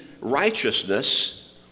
righteousness